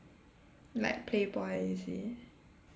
like playboy is it